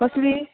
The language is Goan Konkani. कसली